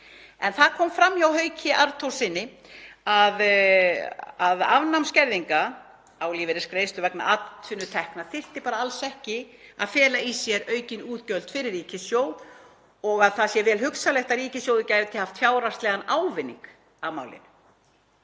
En það kom fram hjá Hauki Arnþórssyni að afnám skerðinga á lífeyrisgreiðslur vegna atvinnutekna þyrfti bara alls ekki að fela í sér aukin útgjöld fyrir ríkissjóð og að það væri vel hugsanlegt að ríkissjóður gæti haft fjárhagslegan ávinning af málinu.